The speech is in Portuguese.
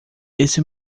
isso